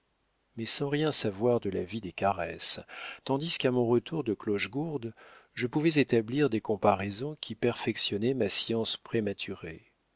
mais sans rien savoir de la vie des caresses tandis qu'à mon retour de clochegourde je pouvais établir des comparaisons qui perfectionnaient ma science prématurée